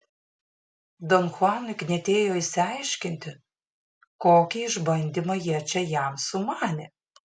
don chuanui knietėjo išsiaiškinti kokį išbandymą jie čia jam sumanė